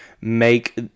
make